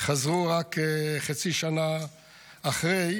חזרו רק חצי שנה אחרי.